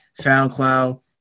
SoundCloud